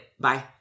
bye